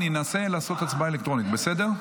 אנסה לעשות הצבעה אלקטרונית, בסדר?